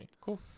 Cool